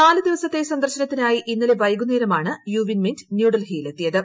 നാല് ദിവസത്തെ സന്ദർശനത്തിനായി ഇന്നലെ വൈകുന്നേരമാണ് യു വിൻ മിന്റ് ന്യൂഡൽഹിയിൽ എത്തിയത്